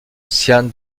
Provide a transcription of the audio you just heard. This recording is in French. xian